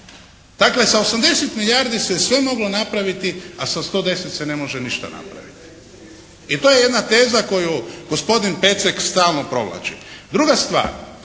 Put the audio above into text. Dakle, sa 80 milijardi se sve moglo napraviti, a sa 110 se ništa ne može napraviti. I to je jedna teza koju gospodin Pecek stalno provlači. Druga stvar.